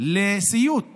לסיוט לחקלאים,